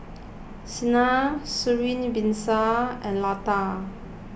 Saina Srinivasa and Lata